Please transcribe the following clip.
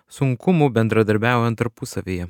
sunkumų bendradarbiaujant tarpusavyje